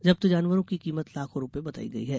जप्त जानवरों की कीमत लाखों रुपये बतायी गई है